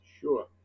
sure